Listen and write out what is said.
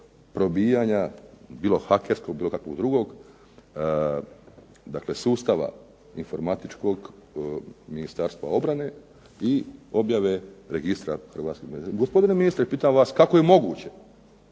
probijanja bilo hakerskog bilo kakvog drugog sustava informatičkog Ministarstva obarane i objave Registra hrvatskih branitelja. Gospodine ministre, pitam vas, kako je moguće